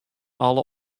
alle